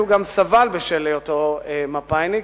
שהוא גם סבל בשל היותו מפא"יניק,